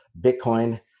Bitcoin